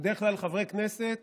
בדרך כלל חברי כנסת